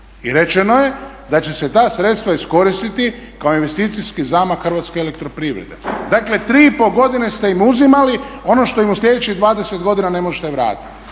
i rečeno je da će se ta sredstva iskoristiti kao investicijski zamah hrvatske elektroprivrede. Dakle 3,5 godine ste im uzimali ono što im u slijedećih 20 godina ne možete vratiti.